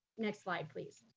next slide, please.